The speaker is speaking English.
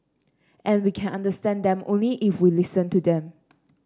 and we can understand them only if we listen to them